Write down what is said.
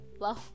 wow